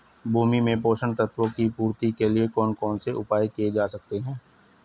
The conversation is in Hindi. भूमि में पोषक तत्वों की पूर्ति के लिए कौन कौन से उपाय किए जा सकते हैं?